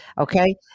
Okay